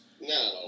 No